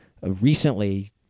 Recently